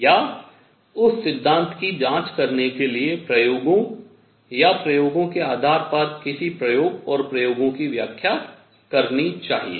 या उस सिद्धांत की जांच करने के लिए प्रयोगों या प्रयोगों के आधार पर किसी प्रयोग और प्रयोगों की व्याख्या करनी चाहिए